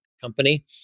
company